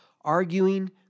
Arguing